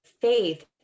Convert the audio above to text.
Faith